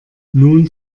nun